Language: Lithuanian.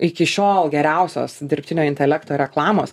iki šiol geriausios dirbtinio intelekto reklamos